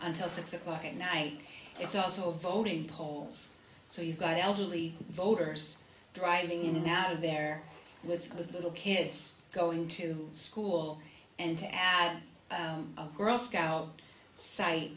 until six o'clock at night it's also voting polls so you've got the elderly voters driving in out of there with little kids going to school and to add a girl scout site